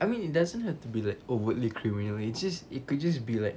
I mean it doesn't have to be like overtly criminal it's just it could just be like